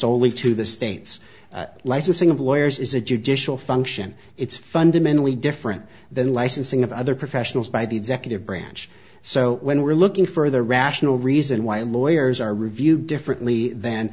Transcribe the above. solely to the states licensing of lawyers is a judicial function it's fundamentally different than licensing of other professionals by the executive branch so when we're looking for the rational reason why lawyers are reviewed differently than